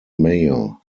mayor